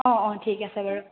অঁ অঁ ঠিক আছে বাৰু